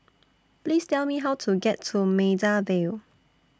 Please Tell Me How to get to Maida Vale